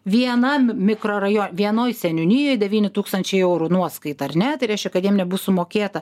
vienam mikrorajo vienoj seniūnijoj devyni tūkstančiai eurų nuoskaita ar ne tai reiškia kad jiem nebus sumokėta